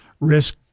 risk